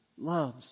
loves